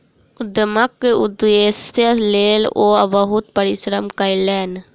उद्यमक उदेश्यक लेल ओ बहुत परिश्रम कयलैन